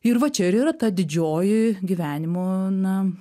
ir va čia ir yra ta didžioji gyvenimo na